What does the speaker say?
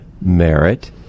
merit